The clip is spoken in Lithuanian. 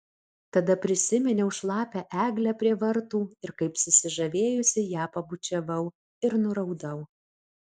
tada prisiminiau šlapią eglę prie vartų ir kaip susižavėjusi ją pabučiavau ir nuraudau